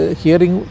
hearing